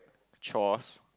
chores